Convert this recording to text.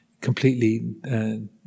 completely